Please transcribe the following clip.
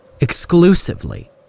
Exclusively